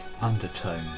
undertone